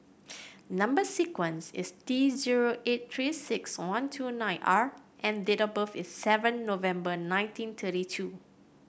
number sequence is T zero eight Three Six One two nine R and date of birth is seven November nineteen thirty two